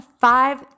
five